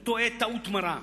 הוא טועה טעות מרה.